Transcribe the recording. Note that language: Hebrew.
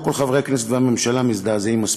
לא כל חברי הכנסת והממשלה מזדעזעים מספיק.